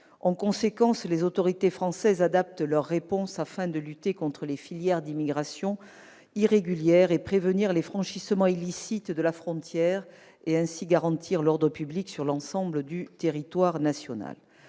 En conséquence, les autorités françaises adaptent leurs réponses afin de lutter contre les filières d'immigration irrégulière, de prévenir les franchissements illicites de la frontière et de garantir l'ordre public sur l'ensemble du territoire national.